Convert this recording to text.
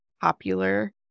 popular